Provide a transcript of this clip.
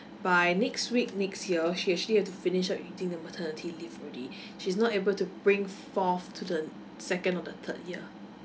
by next week next year she actually have to finish up taking the maternity leave already she's not able to bring forth to the second or the third year